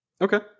Okay